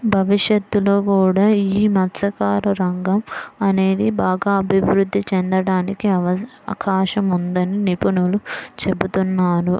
భవిష్యత్తులో కూడా యీ మత్స్యకార రంగం అనేది బాగా అభిరుద్ధి చెందడానికి అవకాశం ఉందని నిపుణులు చెబుతున్నారు